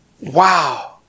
Wow